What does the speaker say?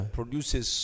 produces